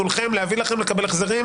להביא לכם ולקבל החזרים?